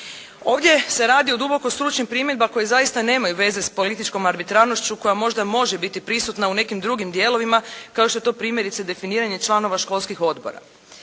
Ovdje se radi o duboko stručnim primjedbama koje zaista nemaju veze s političkom arbitrarnošću koja možda može biti prisutna u nekim drugim dijelovima kao što je to primjerice definiranje članova školskih odbora.